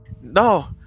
No